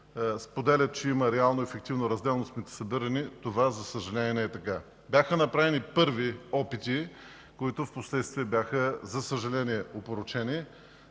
споделя, че има реално и ефективно разделно сметосъбиране, това, за съжаление, не е така. Бяха направени първи опити, които впоследствие бяха опорочени,